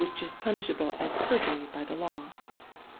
which is punishable as perjury by the law